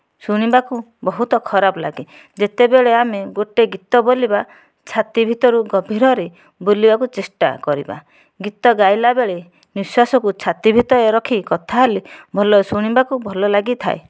ଶୁଣିବାକୁ ବହୁତ ଖରାପ ଲାଗେ ଯେତେବେଳେ ଆମେ ଗୋଟେ ଗୀତ ବୋଲିବା ଛାତି ଭିତରୁ ଗଭୀରରେ ବୋଲିବାକୁ ଚେଷ୍ଟା କରିବା ଗୀତ ଗାଇଲାବେଳେ ନିଃଶ୍ଵାସକୁ ଛାତି ଭିତରେ ରଖି କଥା ହେଲେ ଭଲ ଶୁଣିବାକୁ ଭଲ ଲାଗିଥାଏ